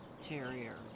Terrier